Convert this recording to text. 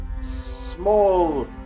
small